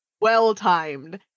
well-timed